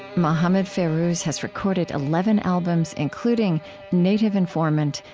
mohammed fairouz has recorded eleven albums including native informant,